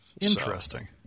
Interesting